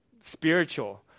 spiritual